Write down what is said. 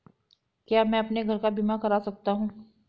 क्या मैं अपने घर का बीमा करा सकता हूँ?